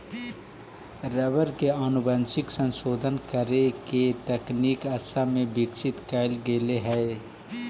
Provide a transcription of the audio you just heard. rubber के आनुवंशिक संशोधन करे के तकनीक असम में विकसित कैल गेले हई